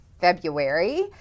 February